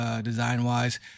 design-wise